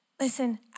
Listen